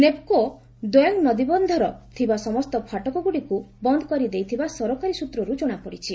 ନେପ୍କୋ ଦୋୟଙ୍ଗ ନଦୀବନ୍ଧର ଥିବା ସମସ୍ତ ଫାଟକ ଗୁଡ଼ିକୁ ବନ୍ଦ କରିଦେଇଥିବା ସରକାରୀ ସୂତ୍ରରୁ ଜଣାପଡିଛି